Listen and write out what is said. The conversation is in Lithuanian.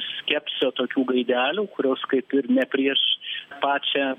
skepsio tokių gaidelių kurios kaip ir ne prieš pačią